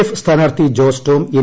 F സ്ഥാനാർത്ഥി Jose Tom N